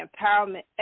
Empowerment